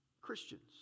Christians